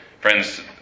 Friends